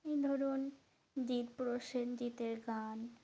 এই ধরুন জিত প্রসেনজিতের গান